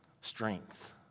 strength